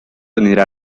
anirà